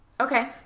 Okay